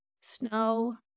Snow